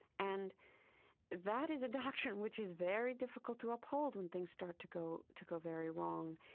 and that is a doctrine which is very difficult to uphold when things start to go to go very wrong,